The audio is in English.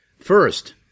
First